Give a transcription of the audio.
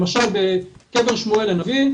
למשל בקבר שמואל הנביא,